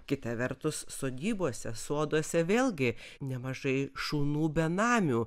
kita vertus sodybose soduose vėlgi nemažai šunų benamių